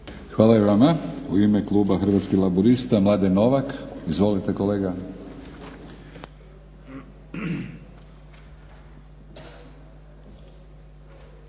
Hvala i vama. U ime kluba Hrvatskih laburista Mladen Novak. Izvolite kolega.